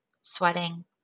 sweating